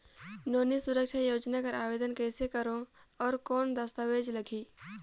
नोनी सुरक्षा योजना कर आवेदन कइसे करो? और कौन दस्तावेज लगही?